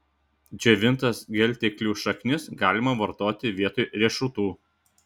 džiovintas gelteklių šaknis galima vartoti vietoj riešutų